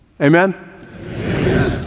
Amen